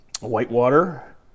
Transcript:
Whitewater